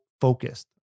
focused